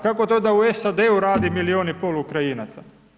Kako to da u SAD-u radi milijun i pol Ukrajinaca?